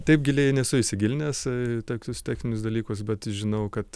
taip giliai nesu įsigilinęs į tokius techninius dalykus bet žinau kad